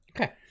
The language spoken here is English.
Okay